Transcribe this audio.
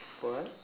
for what